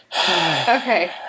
Okay